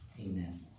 amen